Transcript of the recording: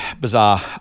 Bizarre